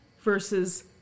versus